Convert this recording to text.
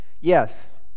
Yes